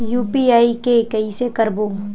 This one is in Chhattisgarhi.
यू.पी.आई के कइसे करबो?